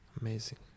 Amazing